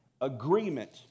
agreement